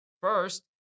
first